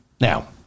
Now